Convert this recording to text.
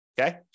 Okay